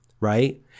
right